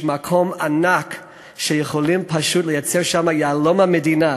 יש מקום ענק שיכולים פשוט לייצר בו את יהלום המדינה,